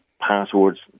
passwords